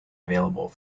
available